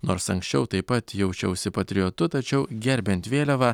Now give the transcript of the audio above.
nors anksčiau taip pat jaučiausi patriotu tačiau gerbiant vėliavą